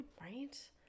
right